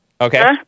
Okay